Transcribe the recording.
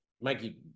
Mikey